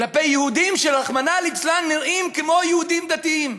כלפי יהודים שרחמנא ליצלן נראים כמו יהודים דתיים.